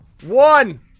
one